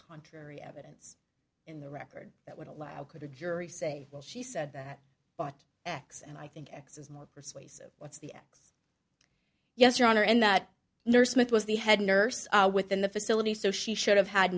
contrary evidence in the record that would allow could a jury say well she said that but x and i think x is more persuasive what's the x yes your honor and that nurse smith was the head nurse within the facility so she should have had